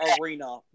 arena